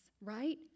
right